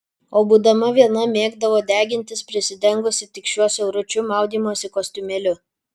o būdama viena mėgdavo degintis prisidengusi tik šiuo siauručiu maudymosi kostiumėliu